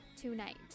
tonight